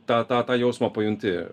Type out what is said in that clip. tą tą tą jausmą pajunti